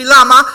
למה?